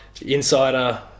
Insider